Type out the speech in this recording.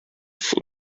full